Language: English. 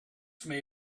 may